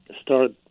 start